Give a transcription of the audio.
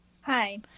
Hi